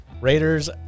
Raiders